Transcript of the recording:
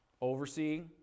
Overseeing